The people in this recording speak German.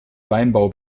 weinbau